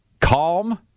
calm